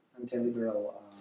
anti-liberal